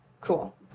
Cool